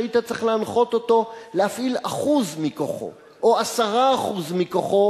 שהיית צריך להנחות אותו להפעיל אחוז מכוחו או עשרה אחוז מכוחו,